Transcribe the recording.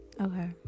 Okay